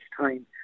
time